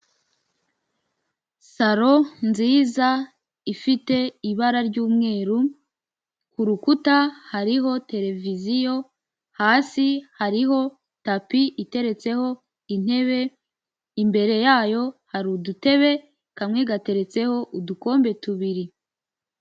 Salo nziza ifite ibara ry'umweru ku rukuta hariho televiziyo, hasi hariho tapi iteretseho intebe, imbere yayo hari udutebe kamwe gateretseho udukombe tubiri.